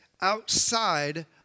outside